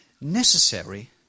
necessary